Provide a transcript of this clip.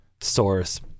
source